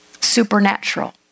Supernatural